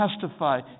testify